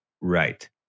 Right